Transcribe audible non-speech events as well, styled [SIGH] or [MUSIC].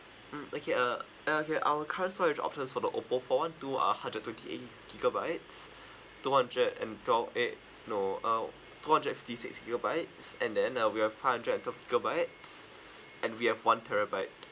mm okay uh uh okay our current storage options for the Oppo four one two are hundred twenty eight gigabytes [BREATH] two hundred and twelve eight no uh two hundred and fifty six gigabytes and then uh we have five hundred and third gigabytes and we have one terabyte